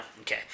Okay